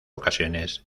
ocasiones